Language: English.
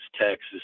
Texas